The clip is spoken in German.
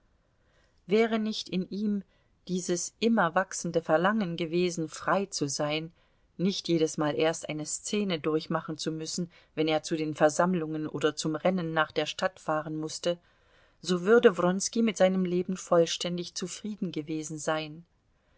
wäre nicht in ihm dieses immer wachsende verlangen gewesen frei zu sein nicht jedesmal erst eine szene durchmachen zu müssen wenn er zu den versammlungen oder zum rennen nach der stadt fahren mußte so würde wronski mit seinem leben vollständig zufrieden gewesen sein